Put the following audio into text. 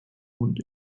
und